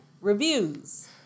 reviews